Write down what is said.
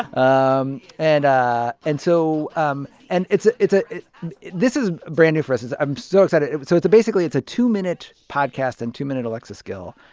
um and ah and so um and it's it's a this is brand-new for us. i'm so excited. so it's a basically it's a two-minute podcast and two-minute alexa skill.